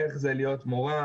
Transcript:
איך זה להיות מורה?